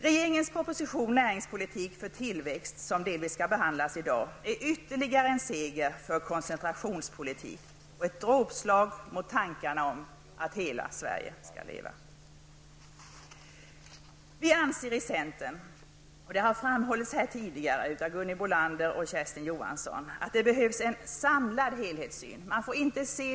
Regeringens proposition Näringspolitik för tillväxt som delvis skall behandlas i dag är ytterligare en seger för koncentrationspolitik och ett drågslag mot tankarna om att Hela Sverige skall leva. Vi i centern anser -- vilket också har framförts här tidigare av Gunhild Bolander och Kersti Johansson -- att det är viktigt med en samlad helhetssyn.